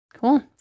Cool